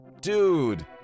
Dude